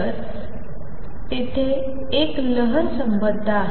तर तेथे एक लहर संबद्ध आहे